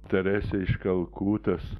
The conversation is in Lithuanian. teresė iš kalkutos